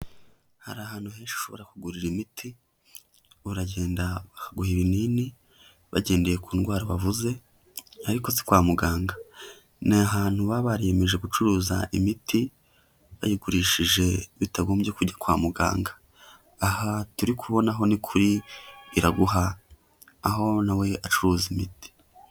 Hari ahantu henshi ushobora kugurira imiti, uragenda bakaguha ibinini bagendeye ku ndwara wavuze ariko si kwa muganga. Ni ahantu baba bariyemeje gucuruza imiti, bayigurishije bitagombye kujya kwa muganga. Aha turi kubona ho ni kuri Iraguha, aho na we acuruza imiti.